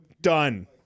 done